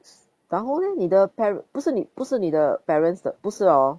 然后 leh 你的 pa~ 不是你不是你的 parents 的不是 hor